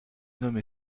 nommé